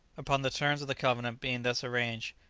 upon the terms of the covenant being thus arranged,